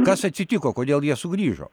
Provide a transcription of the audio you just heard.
kas atsitiko kodėl jie sugrįžo